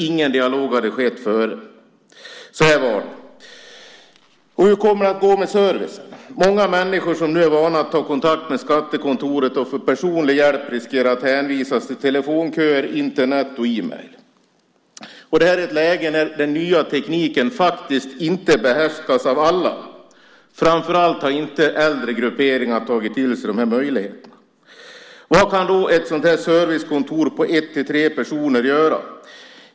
Ingen dialog hade skett före beslutet. Så var det. Hur kommer det att gå med servicen? Många människor som nu är vana vid att ta kontakt med skattekontoret och få personlig hjälp riskerar att hänvisas till telefonköer, Internet och mejl. Och det här sker i ett läge då den nya tekniken faktiskt inte behärskas av alla. Framför allt har inte äldre grupperingar tagit till sig de här möjligheterna. Vad kan då ett sådant här servicekontor med en till tre personer göra?